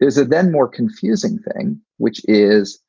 is it then more confusing thing, which is